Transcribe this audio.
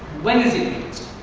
when is it